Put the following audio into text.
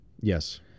Yes